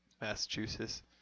Massachusetts